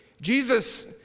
Jesus